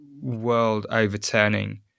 world-overturning